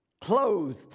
Clothed